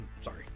sorry